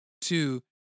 Two